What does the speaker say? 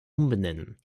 umbenennen